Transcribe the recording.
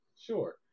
sure